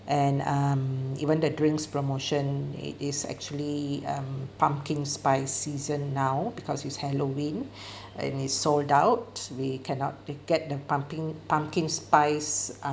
and um even the drinks promotion it is actually um pumpkin spice season now because it's halloween and its sold out we cannot to get the pumping pumpkin spice